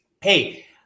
hey